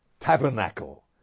Tabernacle